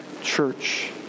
church